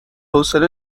حوصله